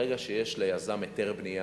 ברגע שיש ליזם היתר בנייה,